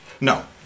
No